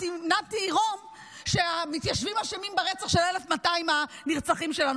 רום שהמתיישבים אשמים ברצח של 1,200 הנרצחים שלנו.